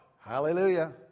Hallelujah